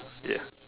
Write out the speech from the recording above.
ya